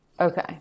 Okay